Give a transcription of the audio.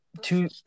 Two